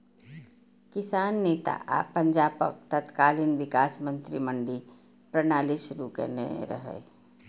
किसान नेता आ पंजाबक तत्कालीन विकास मंत्री मंडी प्रणाली शुरू केने रहै